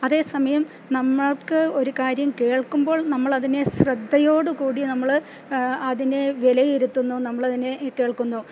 അതേസമയം നമുക്കൊരു കാര്യം കേൾക്കുമ്പോൾ നമ്മളതിനെ ശ്രദ്ധയോടു കൂടി നമ്മള് അതിനെ വിലയിരുത്തുന്നു നമ്മളതിനെ കേൾക്കുന്നു